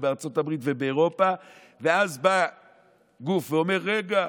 בארצות הברית ובאירופה, ואז בא גוף ואומר: רגע,